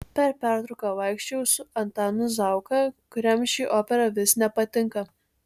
per pertrauką vaikščiojau su antanu zauka kuriam ši opera vis nepatinka